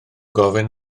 gofyn